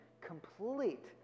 complete